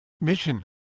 Mission